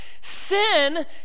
sin